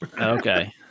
Okay